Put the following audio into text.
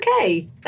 okay